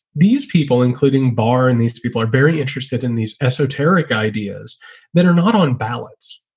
these people, including bar and these two people are very interested in these esoteric ideas that are not on ballots.